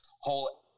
whole